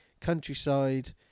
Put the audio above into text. countryside